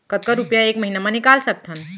कतका रुपिया एक महीना म निकाल सकथन?